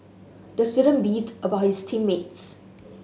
the student beefed about his team mates